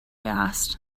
asked